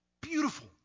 Beautiful